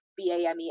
BAME